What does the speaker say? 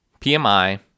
PMI